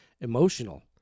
emotional